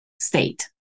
state